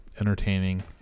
entertaining